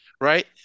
Right